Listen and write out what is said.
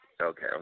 Okay